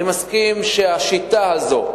אני מסכים שהשיטה הזאת,